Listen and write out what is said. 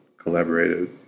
collaborative